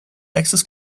access